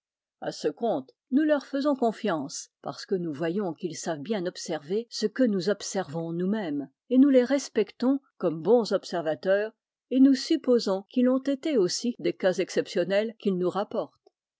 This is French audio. à ce compte nous leur faisons confiance parce que nous voyons qu'ils savent bien observer ce que nous observons nous-mêmes et nous les respectons comme bons observateurs et nous supposons qu'ils l'ont été aussi des cas exceptionnels qu'ils nous rapportent